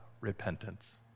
repentance